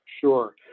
Sure